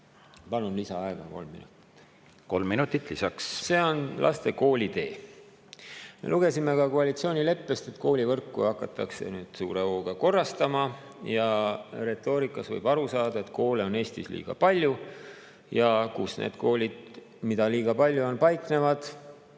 Neid ei ole võimalik täita, kui inimesi ei ole. See on laste koolitee. Me lugesime ka koalitsioonileppest, et koolivõrku hakatakse suure hooga korrastama, ja retoorikast võib aru saada, et koole on Eestis liiga palju. Kus need koolid, mida liiga palju on, paiknevad?